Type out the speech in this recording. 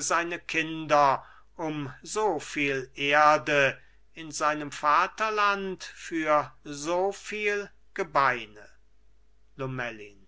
seine kinder um soviel erde in seinem vaterland für soviel gebeine lomellin